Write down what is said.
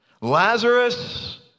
Lazarus